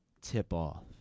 tip-off